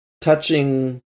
touching